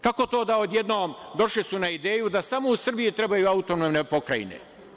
Kako to da su odjednom došli na ideju da samo Srbiji trebaju autonomne pokrajine?